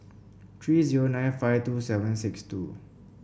three zero nine five two seven six two